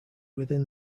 within